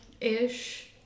ish